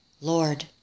lord